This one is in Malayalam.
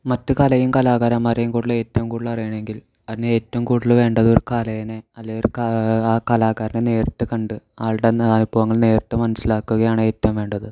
മറ്റു കലയും കലാകാരന്മാരെയും കൂടുതൽ ഏറ്റവും കൂടുതൽ അറിയണമെങ്കിൽ അതിന് ഏറ്റവും കൂടുതൽ വേണ്ടത് ഒരു കലേനെ അല്ലെങ്കിൽ ഒരു ആ കലാകാരനെ നേരിട്ട് കണ്ട് ആളുടെ അനുഭവങ്ങൾ നേരിട്ട് മനസ്സിലാക്കുകയും ആണ് ഏറ്റവും വേണ്ടത്